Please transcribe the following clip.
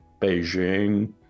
Beijing